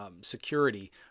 security